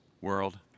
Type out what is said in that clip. world